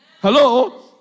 Hello